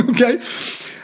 Okay